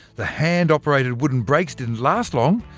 the hand-operated wooden brakes didn't last long.